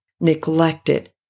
neglected